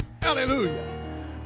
Hallelujah